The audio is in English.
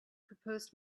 proposed